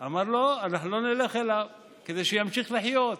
אמר: לא, אנחנו לא נלך אליו, כדי שימשיך לחיות.